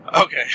Okay